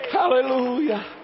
Hallelujah